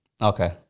okay